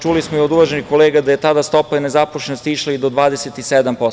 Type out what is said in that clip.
Čuli smo od uvaženih kolega da je tada stopa nezaposlenosti išla i do 27%